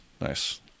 Nice